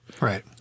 Right